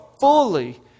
fully